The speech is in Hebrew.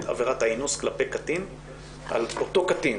עבירת האינוס כלפי קטין את אותו קטין.